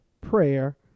prayer